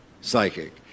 psychic